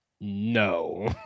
No